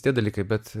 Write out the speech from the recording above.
tie dalykai bet